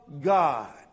God